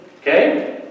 okay